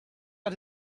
out